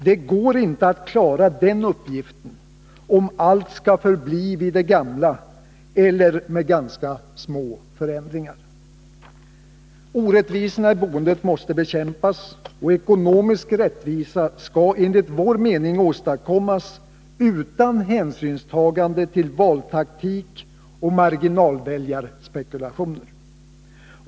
Det går inte att klara den uppgiften om allt skall förbli vid det gamla eller om bara ganska små förändringar vidtas. Orättvisorna i boendet måste bekämpas. Ekonomisk rättvisa skall enligt vår mening åstadkommas utan hänsynstagande till valtaktik och marginalväljarspekulationer.